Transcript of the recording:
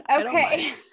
Okay